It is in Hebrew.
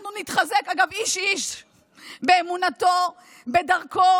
אנחנו נתחזק, אגב, איש איש באמונתו, בדרכו